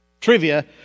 trivia